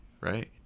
right